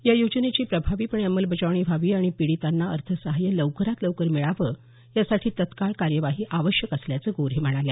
या योजनेची प्रभावीपणे अंमलबजावणी व्हावी आणि पीडितांना अर्थसहाय्य लवकरात लवकर मिळावं यासाठी तत्काळ कार्यवाही आवश्यक असल्याचं गोऱ्हे म्हणाल्या